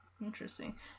interesting